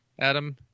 Adam